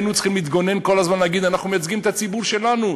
היינו צריכים להתגונן כל הזמן ולהגיד: אנחנו מייצגים את הציבור שלנו,